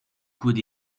could